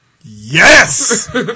Yes